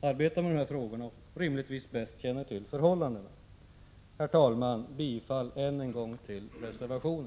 arbetar med dessa frågor och rimligtvis bäst känner till förhållandena. Herr talman! Bifall än en gång till reservationen!